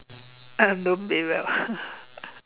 uh don't pay well